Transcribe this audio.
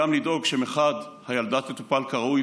גם לדאוג שמחד הילדה תטופל כראוי,